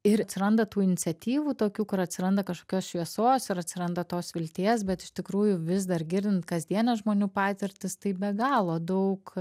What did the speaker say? ir atsiranda tų iniciatyvų tokių kur atsiranda kažkokios šviesos ir atsiranda tos vilties bet iš tikrųjų vis dar girdint kasdienes žmonių patirtis taip be galo daug